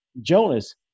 Jonas